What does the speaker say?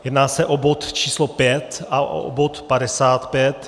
Jedná se o bod č. 5 a bod 55.